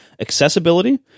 Accessibility